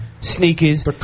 sneakers